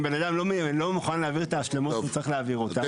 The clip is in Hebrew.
אם בן אדם לא מוכן להעביר את ההשלמות שהוא צריך להעביר אותן.